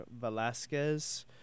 Velasquez